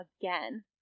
again